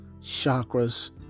chakras